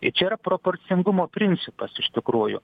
ir čia yra proporcingumo principas iš tikrųjų